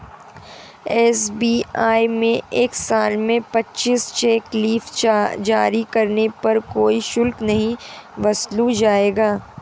SBI में एक साल में पच्चीस चेक लीव जारी करने पर कोई शुल्क नहीं वसूला जाएगा